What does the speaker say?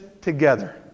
together